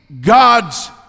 God's